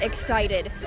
excited